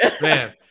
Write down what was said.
man